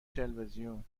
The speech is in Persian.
تلویزیون